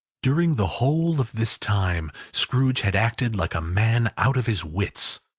during the whole of this time, scrooge had acted like a man out of his wits.